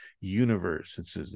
universe